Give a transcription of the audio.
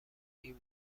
این